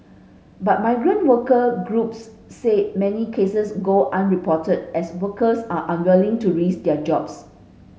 but migrant worker groups said many cases go unreported as workers are unwilling to risk their jobs